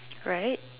right